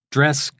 Dress